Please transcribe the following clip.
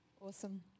Awesome